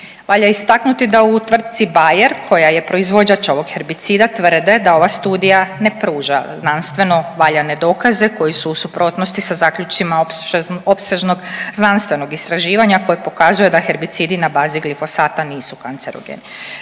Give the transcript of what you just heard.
Valja istaknuti da u tvrtci Bayer koja je proizvođač ovog herbicida tvrde da ova studija ne pruža znanstveno valjane dokaze koji su u suprotnosti sa zaključcima opsežnog znanstvenog istraživanje koje pokazuje da herbicidi na bazi glifosata nisu kancerogeni.